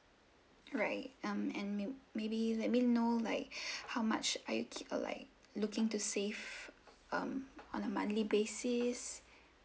right um and maybe let me know like how much are you like looking to save um on a monthly basis